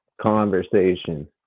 conversation